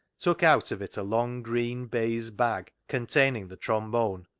took out of it a long, green baize bag, containing the trombone,